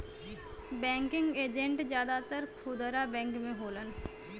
banking agent जादातर खुदरा bank में होलन